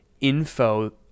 info